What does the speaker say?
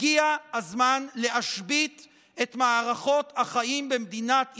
הגיע הזמן להשבית את מערכות החיים במדינת ישראל,